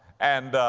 and, ah,